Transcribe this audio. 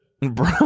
bro